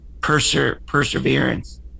perseverance